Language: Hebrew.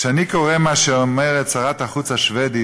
כשאני קורא מה שאומרים שרת החוץ השבדית